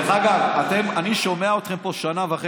דרך אגב, אני שומע אתכם פה שנה וחצי.